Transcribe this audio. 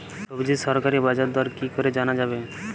সবজির সরকারি বাজার দর কি করে জানা যাবে?